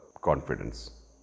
confidence